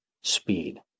Speed